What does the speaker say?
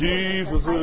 Jesus